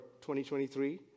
2023